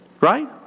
Right